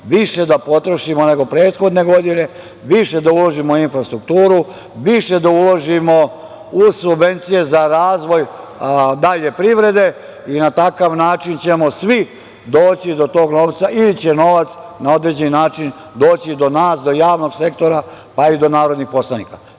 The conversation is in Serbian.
više da potrošimo nego prethodne godine, više da uložimo u infrastrukturu, više da uložimo u subvencije za razvoj dalje privrede i na takav način ćemo svi doći do tog novca ili će novac na određeni način doći do nas, do javnog sektora, pa i do narodnih poslanika. Stoga